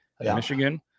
Michigan